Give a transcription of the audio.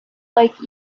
like